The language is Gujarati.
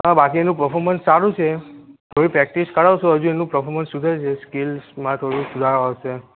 હા બાકી એનું પરફોર્મન્સ સારું છે થોડી પ્રૅક્ટિસ કરાવશો હજુ એનું પર્ફોમન્સ સુધરશે સ્કીલ્સમાં થોડુક સુધારો આવશે